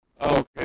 Okay